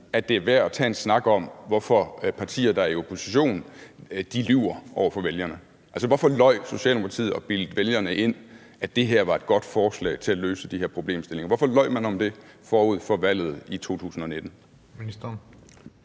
det er værd at tage en snak om, hvorfor partier, der er i opposition, lyver over for vælgerne. Altså, hvorfor løj Socialdemokratiet og bildte vælgerne ind, at det her var et godt forslag til at løse de her problemstillinger? Hvorfor løj man om det forud for valget i 2019?